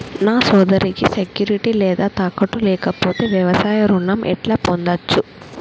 నా సోదరికి సెక్యూరిటీ లేదా తాకట్టు లేకపోతే వ్యవసాయ రుణం ఎట్లా పొందచ్చు?